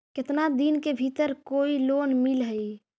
केतना दिन के भीतर कोइ लोन मिल हइ?